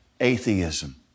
atheism